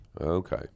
Okay